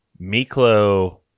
Miklo